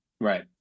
Right